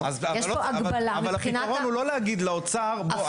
יש פה הגבלה מבחינת ה- -- אבל הפיתרון הוא לא להגיד לאוצר בוא,